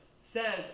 says